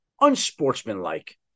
unsportsmanlike